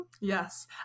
Yes